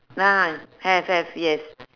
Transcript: ah have have yes